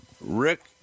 Rick –